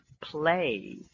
play